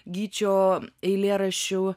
gyčio eilėraščių